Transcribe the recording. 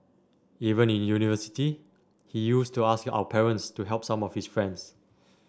even in university he used to ask our parents to help some of his friends